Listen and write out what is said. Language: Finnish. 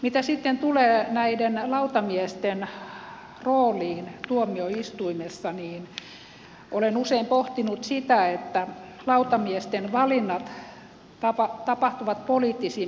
mitä sitten tulee näiden lautamiesten rooliin tuomioistuimessa niin olen usein pohtinut sitä että lautamiesten valinnat tapahtuvat poliittisin perustein